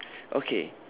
okay